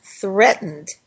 threatened